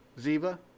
Ziva